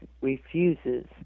refuses